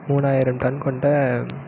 மூணாயிரம் டன் கொண்ட